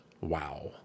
wow